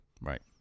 Right